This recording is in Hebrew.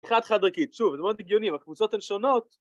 חד חד ערכי, שוב זה מאוד הגיוני אם הקבוצות הן שונות